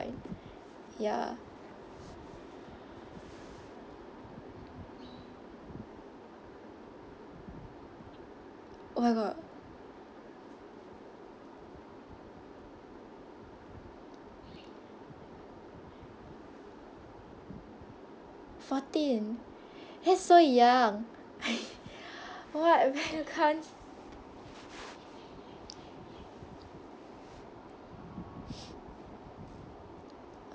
right ya oh my god fourteen that's so young what when you can't